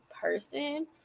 person